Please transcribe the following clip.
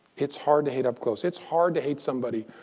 it's hard to hate up close. it's hard to hate somebody,